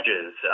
judges